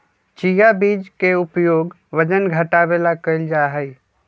chia बीज के उपयोग वजन घटावे ला कइल जाहई